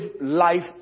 life